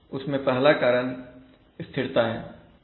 उसमें पहला कारण स्थिरता है